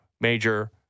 major